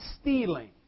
stealing